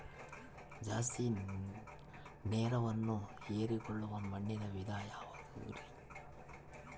ಜಾಸ್ತಿ ನೇರನ್ನ ಹೇರಿಕೊಳ್ಳೊ ಮಣ್ಣಿನ ವಿಧ ಯಾವುದುರಿ?